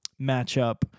matchup